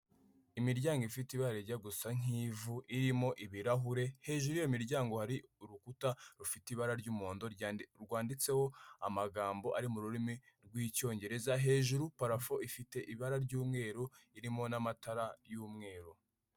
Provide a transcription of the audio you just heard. Imiryango ifite ibara rijya gusa nk'ivu irimo ibirahure, hejuru y'iyo miryango hari urukuta rufite ibara ry'umuhondo, rwanditseho amagambo ari mu rurimi rw'icyongereza, hejuru parafo ifite ibara ry'umweru, irimo n'amatara y'umweru.